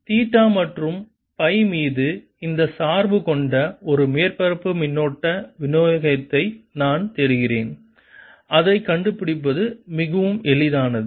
theta மற்றும் psi மீது இந்த சார்பு கொண்ட ஒரு மேற்பரப்பு மின்னோட்ட விநியோகத்தை நான் தேடுகிறேன் அதைக் கண்டுபிடிப்பது மிகவும் எளிதானது